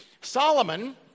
Solomon